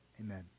Amen